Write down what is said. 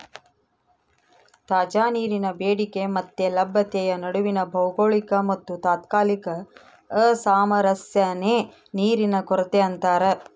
ತಾಜಾ ನೀರಿನ ಬೇಡಿಕೆ ಮತ್ತೆ ಲಭ್ಯತೆಯ ನಡುವಿನ ಭೌಗೋಳಿಕ ಮತ್ತುತಾತ್ಕಾಲಿಕ ಅಸಾಮರಸ್ಯನೇ ನೀರಿನ ಕೊರತೆ ಅಂತಾರ